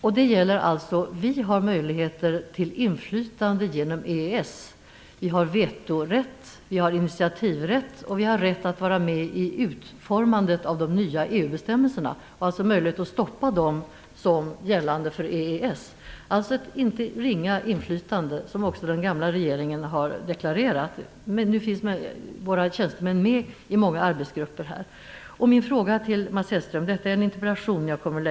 Jag menar att vi har möjligheter till inflytande genom EES-avtalet. Vi har vetorätt, initiativrätt och rätt att vara med i utformandet av de nya EU-bestämmelserna. Vi kan alltså stoppa dem såsom gällande för EES. Det är ett inte ringa inflytande, vilket också den gamla regeringen har deklarerat. Våra tjänstemän finns med i många arbetsgrupper. Jag har framställt min interpellation så fort jag någonsin har kunnat.